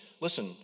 listen